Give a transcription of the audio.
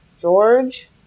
George